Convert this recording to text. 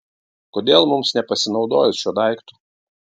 kodėl mums nepasinaudojus šiuo daiktu